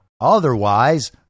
Otherwise